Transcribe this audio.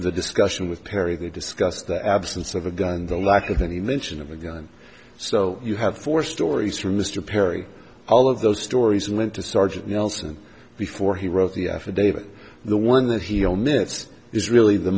the discussion with perry they discuss the absence of a gun and the lack of any mention of a gun so you have four stories from mr perry all of those stories and went to sergeant nelson before he wrote the affidavit the one that he'll minutes is really the